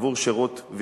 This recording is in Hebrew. חברי הכנסת,